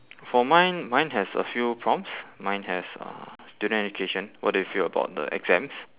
for mine mine has a few prompts mine has uh student education what do you feel about the exams